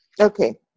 Okay